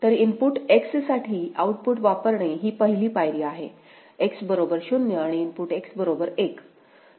तर input X साठी output वापरणे ही पहिली पायरी आहे X बरोबर 0 आणि इनपुट X बरोबर 1 तर आपण P1 वर आहोत